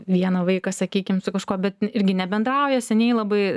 vieną vaiką sakykim su kažkuo bet irgi nebendrauja seniai labai